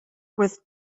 with